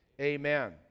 Amen